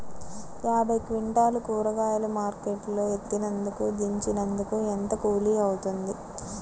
యాభై క్వింటాలు కూరగాయలు మార్కెట్ లో ఎత్తినందుకు, దించినందుకు ఏంత కూలి అవుతుంది?